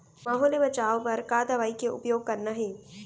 माहो ले बचाओ बर का दवई के उपयोग करना हे?